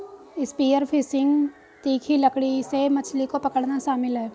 spear fishing तीखी लकड़ी से मछली को पकड़ना शामिल है